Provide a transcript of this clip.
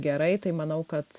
gerai tai manau kad